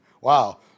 Wow